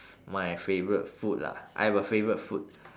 my favourite food lah I have a favourite food